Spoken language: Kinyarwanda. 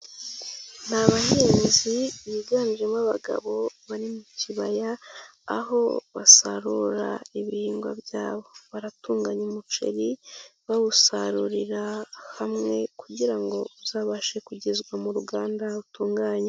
Ni abahinzi biganjemo abagabo, bari mu kibaya, aho basarura ibihingwa byabo. Baratunganya umuceri, bawusarurira hamwe kugira ngo uzabashe kugezwa mu ruganda rutunganya.